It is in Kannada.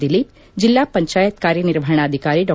ದಿಲೀಪ್ ಜಿಲ್ಲಾ ಪಂಚಾಯತ್ ಕಾರ್ಯನಿರ್ವಹಣಾಧಿಕಾರಿ ಡಾ